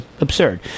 absurd